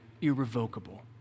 irrevocable